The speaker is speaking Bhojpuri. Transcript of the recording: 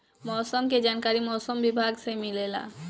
मौसम के जानकारी मौसम विभाग से मिलेला?